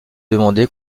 demandé